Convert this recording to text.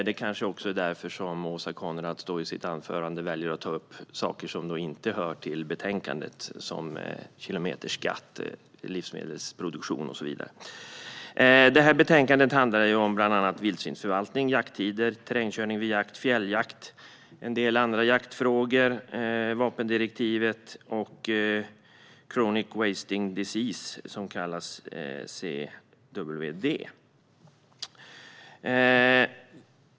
Det kanske var därför Åsa Coenraads valde att ta upp saker i sitt anförande som inte hör till betänkandet, till exempel kilometerskatt, livsmedelsproduktion och så vidare. Betänkandet handlar om bland annat vildsvinsförvaltning, jakttider, terrängkörning vid jakt, fjälljakt, en del andra jaktfrågor, vapendirektivet och chronic wasting disease, som kallas CWD.